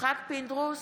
יצחק פינדרוס,